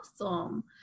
Awesome